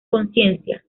conciencia